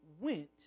went